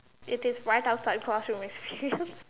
it is right outside classroom with you